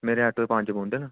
मेरे आटो च पंज बौहंदे न